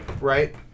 Right